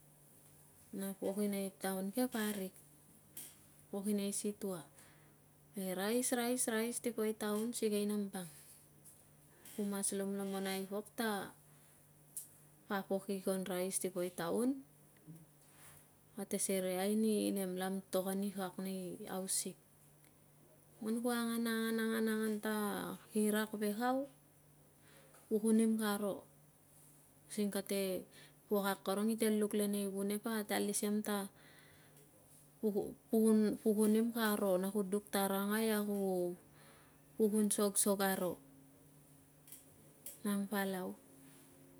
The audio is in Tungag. Na pok ki nem taun ke parik pok i nei sitaua rice si po taun nam bang ku mas lomlomonai pok ta papok i kon rice ti poi taun kate serei ai ni nem lamitok ni kak nei house sick mang ku angan angan ta kirak ve kau pukun nim ka rosing kate pok a koron ite luk lenei vunep na kate alis i am ta pukunim karo na kuduk tarangai a ku pukun sogsogaro nang palau